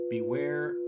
Beware